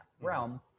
realm